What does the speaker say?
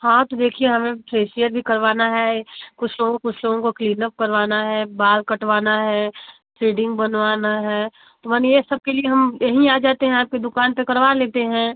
हाँ तो देखिए हमें फेसियल भी करवाना है कुछ लोगों को कुछ लोगों को क्लीनअप करवाना है बाल कटवाना है थ्रेडिंग बनवाना है माने ये सबके लिए हम यहीं आ जाते हैं आपके दुकान पर करवा लेते हैं